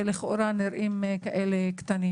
שלכאורה נראים קטנים.